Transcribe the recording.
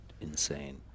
insane